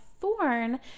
thorn